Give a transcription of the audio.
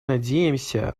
надеемся